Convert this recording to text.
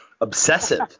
Obsessive